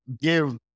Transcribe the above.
give